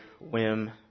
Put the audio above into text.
whim